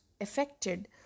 affected